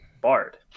bard